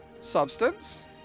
substance